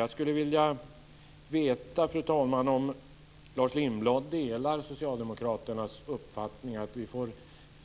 Jag skulle vilja veta, fru talman, om Lars Lindblad delar socialdemokraternas uppfattning att vi får